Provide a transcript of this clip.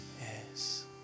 Yes